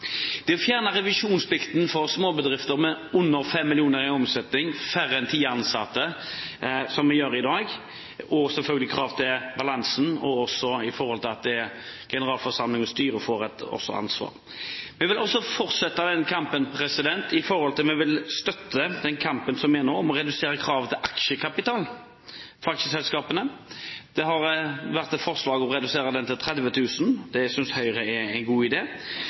Vi vil fjerne revisjonsplikten for småbedrifter med under 5 mill. kr i omsetning og færre enn ti ansatte, slik vi gjør i dag. Selvfølgelig vil det være krav til balansen og til at generalforsamling og styre også får et ansvar. Vi vil også fortsette å støtte den kampen som er nå, om å redusere kravet til aksjekapital for aksjeselskapene. Det har vært et forslag om å redusere den til 30 000 kr. Det synes Høyre er en god